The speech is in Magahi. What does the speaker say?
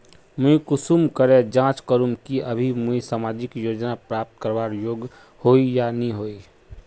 मुई कुंसम करे जाँच करूम की अभी मुई सामाजिक योजना प्राप्त करवार योग्य होई या नी होई?